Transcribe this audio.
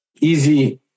easy